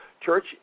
Church